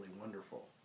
wonderful